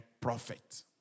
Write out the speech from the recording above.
prophet